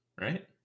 Right